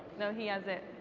no, he has it.